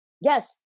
Yes